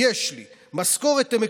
יש לי, משכורת הם מקבלים?